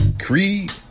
Creed